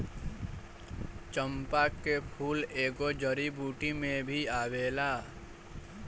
चंपा के फूल एगो जड़ी बूटी में भी आवेला